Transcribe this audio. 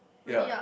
ya